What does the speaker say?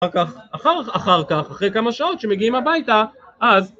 אחר כך, אחר כך, אחרי כמה שעות שמגיעים הביתה, אז...